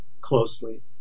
closely